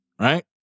Right